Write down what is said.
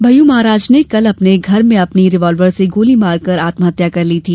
भय्यू महाराज ने कल अपने घर में अपनी रिवाल्वर से गोली मारकर आत्महत्या कर ली थी